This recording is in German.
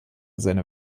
seiner